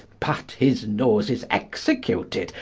but his nose is executed,